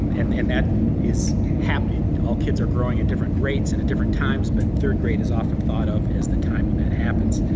and and that is happening. all kids are growing at different rates and at different times but third grade is often thought of as the time when that happens.